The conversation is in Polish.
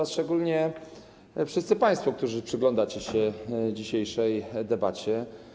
A szczególnie wszyscy państwo, którzy przyglądacie się dzisiejszej debacie!